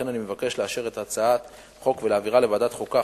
לכן אני מבקש לאשר את הצעת החוק ולהעבירה לוועדת החוקה,